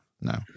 No